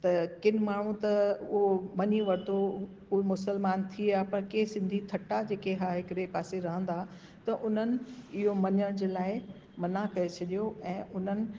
त किन माण्हू त उहो मनी वरितो उहे मुस्लमान थी विया पर कंहिं सिंधी थटा जेके हुआ हिकड़े पासे रहंदा त उन्हनि इयो मञण जे लाइ मना करे छॾियो ऐं उन्हनि